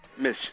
Miss